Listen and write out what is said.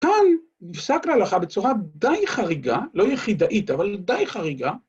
כאן נפסק להלכה בצורה די חריגה, לא יחידאית, אבל די חריגה.